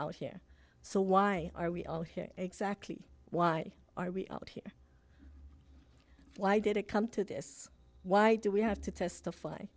out here so why are we all here exactly why are we out here why did it come to this why do we have to testify